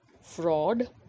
fraud